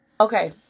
Okay